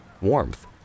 warmth